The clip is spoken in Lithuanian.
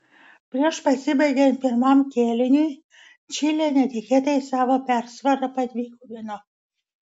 prieš pasibaigiant pirmam kėliniui čilė netikėtai savo persvarą padvigubino